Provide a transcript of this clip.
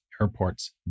airports